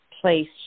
place